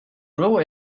rule